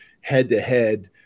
head-to-head